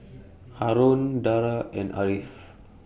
Haron Dara and Ariff